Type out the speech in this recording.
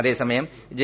അതേസമയം ജെ